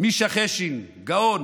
מישה חשין, גאון,